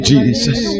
Jesus